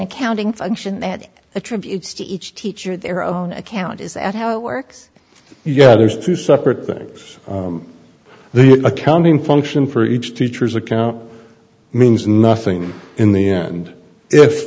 accounting function that attributes to each teacher their own account is at how it works yeah there's two separate things the accounting function for each teacher's account means nothing in the end if